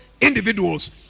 individuals